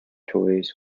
toys